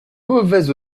mauvaise